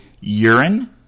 urine